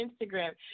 Instagram